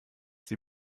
sie